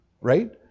right